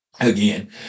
Again